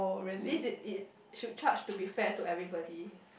this is should charge to be fair to everybody